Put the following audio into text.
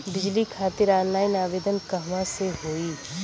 बिजली खातिर ऑनलाइन आवेदन कहवा से होयी?